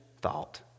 thought